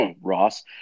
Ross